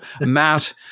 Matt